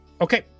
okay